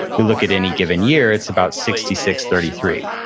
you look at any given year, it's about sixty six, thirty three.